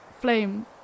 flame